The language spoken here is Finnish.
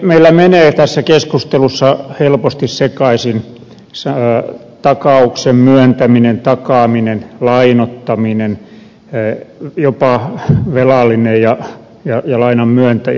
meillä menevät tässä keskustelussa helposti sekaisin takauksen myöntäminen takaaminen lainoittaminen jopa velallinen ja lainan myöntäjä